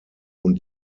und